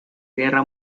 guerra